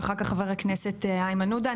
ואחר כך חבר הכנסת איימן עודה.